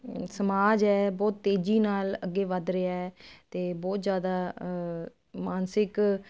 ਸਮਾਜ ਹ ਬਹੁਤ ਤੇਜ਼ੀ ਨਾਲ ਅੱਗੇ ਵੱਧ ਰਿਹਾ ਤੇ ਬਹੁਤ ਜਿਆਦਾ ਮਾਨਸਿਕ